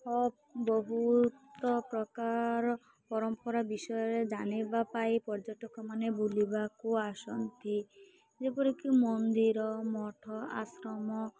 ବହୁତ ପ୍ରକାର ପରମ୍ପରା ବିଷୟରେ ଜାଣିବା ପାଇଁ ପର୍ଯ୍ୟଟକମାନେ ବୁଲିବାକୁ ଆସନ୍ତି ଯେପରିକି ମନ୍ଦିର ମଠ ଆଶ୍ରମ